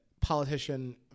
politician